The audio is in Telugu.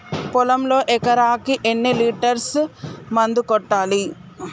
పొలంలో ఎకరాకి ఎన్ని లీటర్స్ మందు కొట్టాలి?